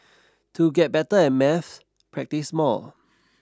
to get better at maths practise more